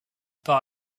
par